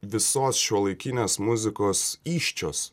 visos šiuolaikinės muzikos įsčios